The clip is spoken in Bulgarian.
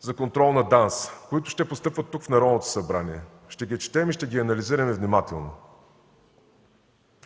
за контрол на ДАНС, които ще постъпват тук, в Народното събрание, ще ги четем и ще ги анализираме внимателно.